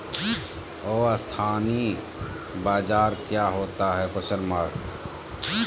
अस्थानी बाजार क्या होता है?